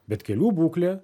bet kelių būklė